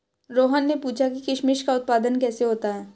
रोहन ने पूछा कि किशमिश का उत्पादन कैसे होता है?